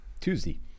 Tuesday